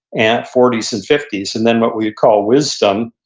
and forties, and fifties. and then what we would call wisdom,